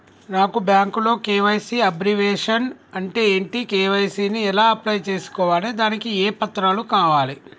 నాకు బ్యాంకులో KYC abbreviation అంటే ఏంటి కే.వై.సీ ని ఎలా అప్లై చేసుకోవాలి దానికి ఏ పత్రాలు కావాలి?